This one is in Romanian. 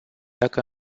dacă